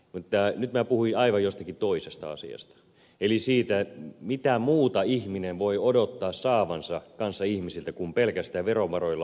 nyt minä puhuin aivan jostain toisesta asiasta eli siitä mitä muuta ihminen voi odottaa saavansa kanssaihmisiltä kuin pelkästään verovaroilla ostettuja palveluja